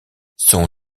son